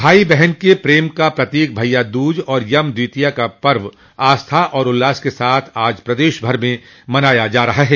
भाई बहन के प्रेम का प्रतीक भैय्या दूज और यम द्वितीया का पर्व आस्था और उल्लास के साथ आज प्रदेश भर में मनाया जा रहा है